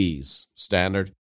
standard